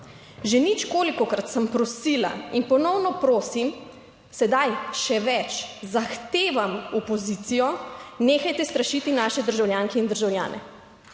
Že ničkolikokrat sem prosila in ponovno prosim, sedaj še več, zahtevam opozicijo, nehajte strašiti naše državljanke in državljane.